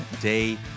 Day